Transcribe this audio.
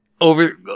over